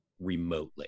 remotely